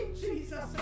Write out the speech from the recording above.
Jesus